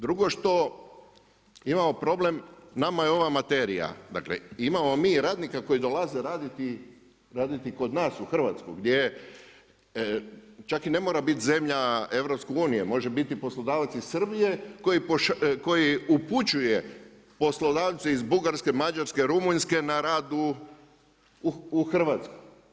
Drugo što imamo problem nama je ova materija, dakle imamo mi radnika koji dolaze raditi kod nas u Hrvatsku, gdje čak i ne mora bit zemlja EU, može biti poslodavac iz Srbije koji upućuje poslodavce iz Bugarske, mađarske, Rumunjske na rad u Hrvatsku.